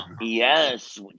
Yes